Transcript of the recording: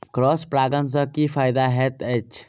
Cross परागण सँ की फायदा हएत अछि?